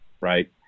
right